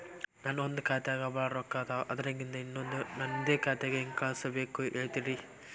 ನನ್ ಒಂದ್ ಖಾತ್ಯಾಗ್ ಭಾಳ್ ರೊಕ್ಕ ಅದಾವ, ಅದ್ರಾಗಿಂದ ಇನ್ನೊಂದ್ ನಂದೇ ಖಾತೆಗೆ ಹೆಂಗ್ ಕಳ್ಸ್ ಬೇಕು ಹೇಳ್ತೇರಿ?